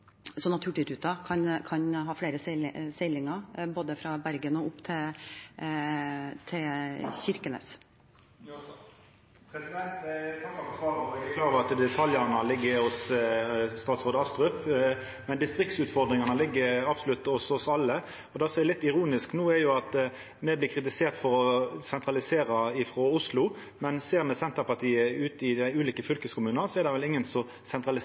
Eg er klar over at detaljane ligg hos statsråd Astrup, men distriktsutfordringane ligg absolutt hos oss alle. Det som er litt ironisk no, er at me blir kritiserte for å sentralisera frå Oslo, men ser me korleis Senterpartiet styrer ute i dei ulike fylkeskommunane, er det vel ingen som